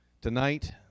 Tonight